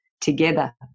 together